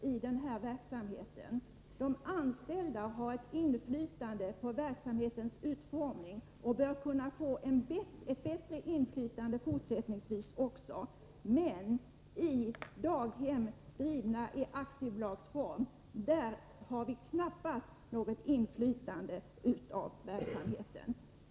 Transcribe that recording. Även de anställda har ett inflytande på verksamhetens utformning och bör fortsättningsvis också kunna få ett bättre inflytande. I daghem drivna i aktiebolagsform har vi knappast något inflytande på verksamheten.